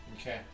Okay